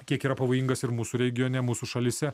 kiek yra pavojingas ir mūsų regione mūsų šalyse